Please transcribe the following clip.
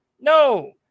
no